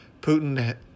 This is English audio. Putin